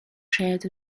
shared